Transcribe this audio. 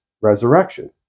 resurrection